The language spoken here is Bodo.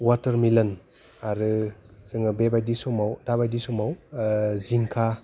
वाटार मिलोन आरो जोङो बेबायदि समाव दाबायदि समाव जिंखा